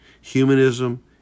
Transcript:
humanism